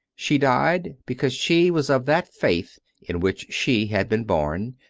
she died because she was of that faith in which she had been born,